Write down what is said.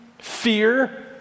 fear